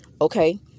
okay